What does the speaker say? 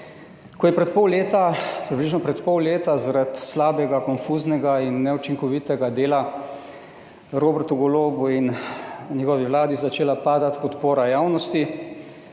leta, približno pred pol leta, zaradi slabega, konfuznega in neučinkovitega dela Robertu Golobu in njegovi vladi začela padati podpora javnosti,